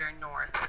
north